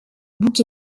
bouc